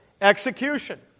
execution